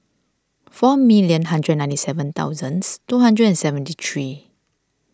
four million hundred ninety seven thousands two hundred and seventy three